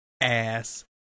ass